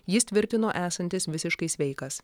jis tvirtino esantis visiškai sveikas